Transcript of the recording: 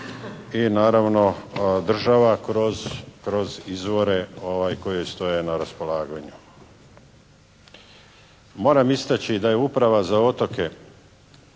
i naravno država kroz, kroz izvore koji joj stoje na raspolaganju. Moram istaći da je uprava za otoke